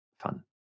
fun